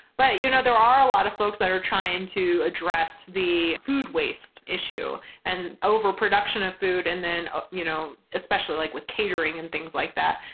but you know there are a lot of folks that are trying to address the food waste issue and overproduction of food, and ah you know especially like with catering and things like that.